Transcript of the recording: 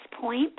point